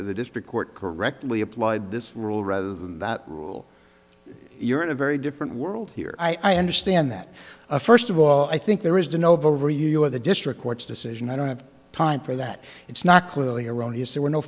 the district court correctly applied this rule rather than that rule you're in a very different world here i understand that first of all i think there is to know of over you you are the district court's decision i don't have time for that it's not clearly erroneous there were no